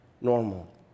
normal